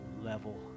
level